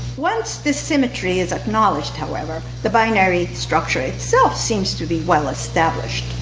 once this symmetry is acknowledge, however, the binary structure itself seems to be well established.